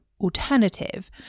alternative